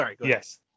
yes